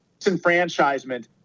disenfranchisement